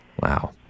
Wow